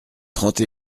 trente